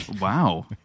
Wow